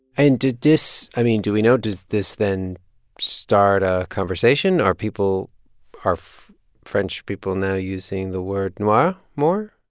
and did this i mean, do we know does this then start a conversation? are people are french people now using the word noir more?